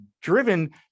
driven